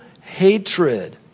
hatred